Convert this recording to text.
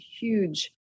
huge